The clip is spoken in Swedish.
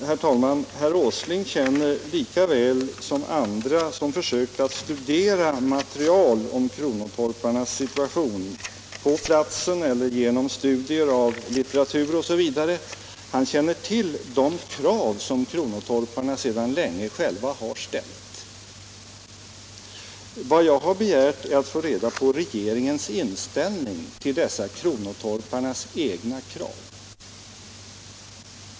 Herr talman! Herr Åsling känner lika väl som andra, som försökte att studera material om kronotorparnas situation på platsen eller genom litteratur osv., till de krav som kronotorparna så länge själva har ställt. Vad jag har begärt är att få reda på regeringens inställning till dessa kronotorparnas egna krav.